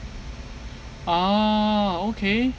ah okay